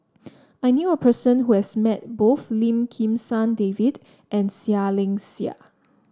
I knew a person who has met both Lim Kim San David and Seah Liang Seah